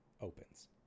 opens